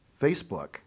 Facebook